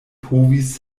povis